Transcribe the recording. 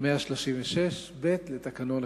133ב לתקנון הכנסת.